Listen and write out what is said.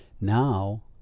now